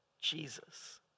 Jesus